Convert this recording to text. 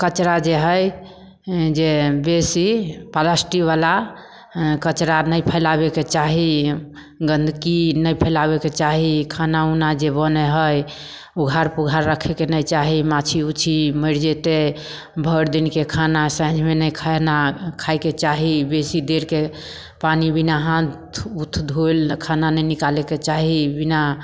कचरा जे हइ जे बेसी प्लास्टिकवला हेँ कचरा नहि फैलाबैके चाही गन्दगी नहि फैलाबैके चाही खाना उना जे बनै हइ उघार पुघार रखैके नहि चाही माछी उछी मरि जेतै भरिदिनके खाना साँझमे नहि खेना खाइके चाही बेसी देरके पानी बिना हाथउथ धोइल खाना नहि निकालैके चाही बिना